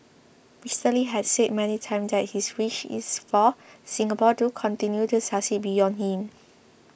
Mister Lee had said many times that his wish is for Singapore to continue to succeed beyond him